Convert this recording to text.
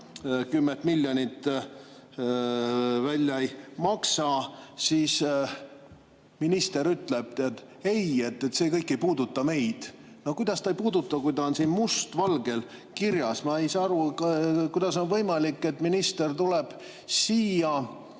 10 miljonit välja ei maksa, siis minister ütleb, et ei, see kõik ei puuduta meid. No kuidas ei puuduta, kui see on siin must valgel kirjas? Ma ei saa aru, kuidas on võimalik, et minister tuleb siia